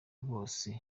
bose